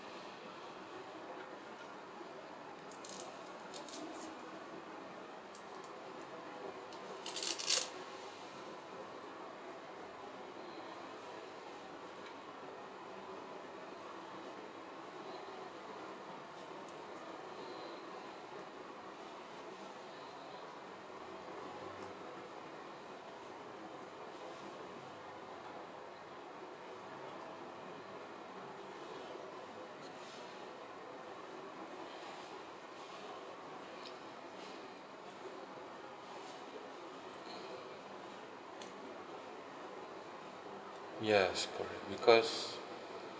yes correct because